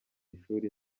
ishuri